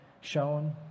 shown